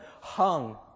hung